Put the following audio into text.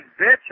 bitch